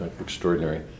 extraordinary